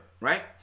right